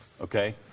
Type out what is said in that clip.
okay